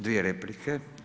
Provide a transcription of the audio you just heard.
Dvije replike.